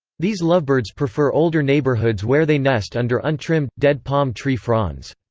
these lovebirds prefer older neighborhoods where they nest under untrimmed, dead palm tree fronds.